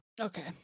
Okay